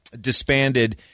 disbanded